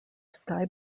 sky